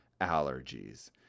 allergies